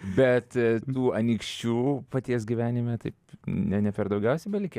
bet tų anykščių paties gyvenime taip ne ne per daugiausiai belikę